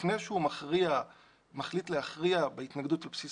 לפני שהוא מחליט להכריע בהתנגדות בבסיס